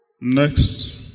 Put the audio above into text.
next